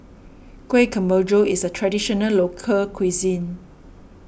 Kueh Kemboja is a Traditional Local Cuisine